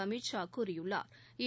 அமித்ஷா கூறியுள்ளாா்